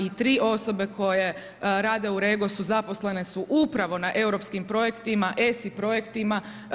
I tri osobe koje rade u REGOS-u zaposlene su upravo na europskim projektima ESI projektima.